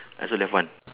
I also left one